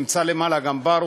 נמצא למעלה גם ברוך,